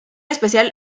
especial